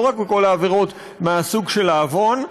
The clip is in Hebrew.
לא רק בכל העבירות מהסוג של עוון,